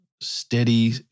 steady